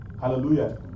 Hallelujah